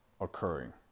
occurring